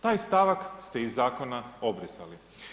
Taj stavak ste iz zakona obrisali.